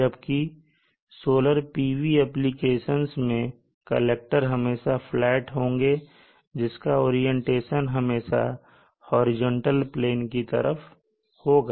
जबकि solar PV application मैं collector हमेशा फ्लैट होंगे जिसका ओरियंटेशन हमेशा हॉरिजॉन्टल प्लेन की तरफ होगा